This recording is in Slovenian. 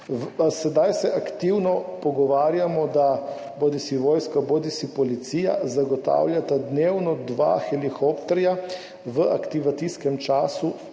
Sedaj se aktivno pogovarjamo, da bodisi vojska bodisi policija zagotavljata dnevno dva helikopterja v aktivacijskem času